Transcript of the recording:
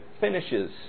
finishes